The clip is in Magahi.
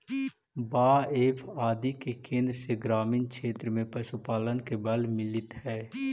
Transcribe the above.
बाएफ आदि के केन्द्र से ग्रामीण क्षेत्र में पशुपालन के बल मिलित हइ